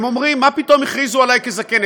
הם אומרים: מה פתאום הכריזו עלי כזקן?